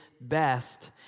best